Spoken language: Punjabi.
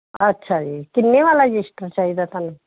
ਅੱਛਾ ਜੀ ਕਿੰਨੇ ਵਾਲਾ ਰਜਿਸਟਰ ਚਾਹੀਦਾ ਤੁਹਾਨੂੰ